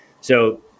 So-